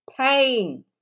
Pain